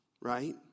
right